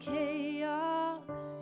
chaos